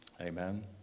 Amen